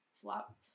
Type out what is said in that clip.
flop